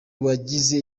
wagize